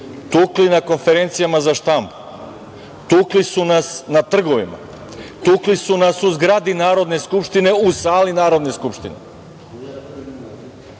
tukli na konferencijama za štampu. Tukli su nas na trgovima. Tukli su nas u zgradi Narodne skupštine, u sali Narodne skupštine.